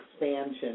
expansion